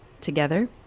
together